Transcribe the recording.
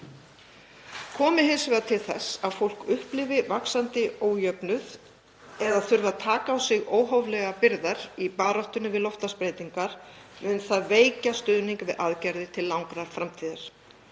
Komi hins vegar til þess að fólk upplifi vaxandi ójöfnuð eða þurfi að taka á sig óhóflegar byrðar í baráttunni við loftslagsbreytingar mun það veikja stuðning við aðgerðir til langrar framtíðar.